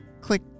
click